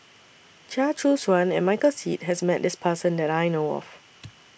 Chia Choo Suan and Michael Seet has Met This Person that I know of